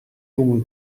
human